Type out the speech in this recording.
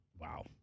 Wow